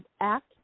act